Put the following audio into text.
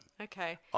Okay